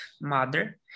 mother